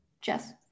Jess